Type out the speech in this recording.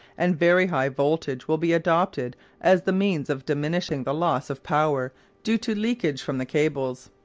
and very high voltage will be adopted as the means of diminishing the loss of power due to leakage from the cables.